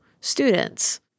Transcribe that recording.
students